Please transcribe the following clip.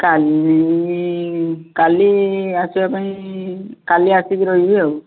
କାଲି କାଲି ଆସିବା ପାଇଁ କାଲି ଆସିକି ରହିବେ ଆଉ